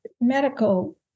medical